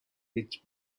pitch